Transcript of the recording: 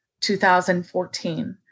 2014